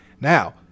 Now